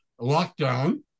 lockdown